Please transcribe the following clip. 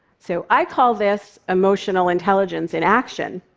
so i call this emotional intelligence in action.